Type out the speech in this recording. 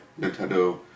Nintendo